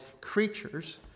creatures